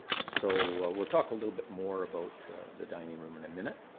so we'll talk a little bit more about the dining room in a minute.